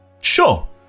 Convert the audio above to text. Sure